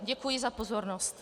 Děkuji za pozornost.